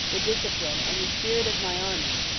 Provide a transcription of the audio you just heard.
the discipline, and the spirit, of my armies,